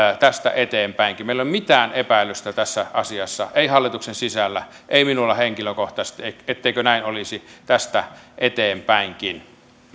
tästä eteenpäinkin meillä ei ole mitään epäilystä tässä asiassa ei hallituksen sisällä ei minulla henkilökohtaisesti etteikö näin olisi tästä eteenpäinkin